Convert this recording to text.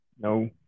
No